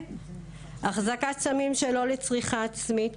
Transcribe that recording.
החזקת סמים שלא לצריכה עצמית,